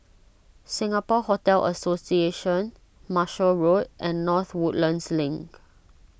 Singapore Hotel Association Marshall Road and North Woodlands Link